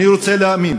אני רוצה להאמין